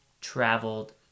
traveled